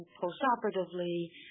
post-operatively